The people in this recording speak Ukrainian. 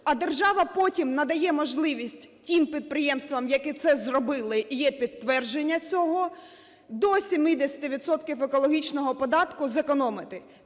а держава потім надає можливість тим підприємствам, які це зробили і є підтвердження цього, до 70 відсотків екологічного податку зекономити.